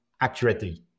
accurately